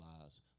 lives